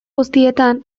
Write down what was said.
guztietan